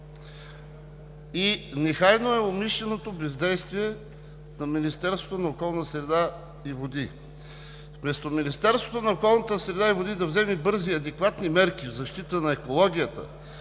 Нехайно е умишленото бездействие на Министерството на околната среда и водите. Вместо Министерството на околната среда и водите да вземе бързи и адекватни мерки в защита на екологията,